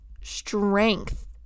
strength